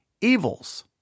evils